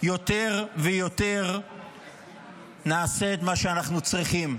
יותר ויותר נעשה את מה שאנחנו צריכים.